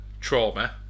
trauma